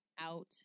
out